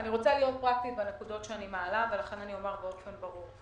אני רוצה להיות פרקטית בנקודות שאני מעלה ולכן אני אומר באופן ברור.